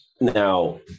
Now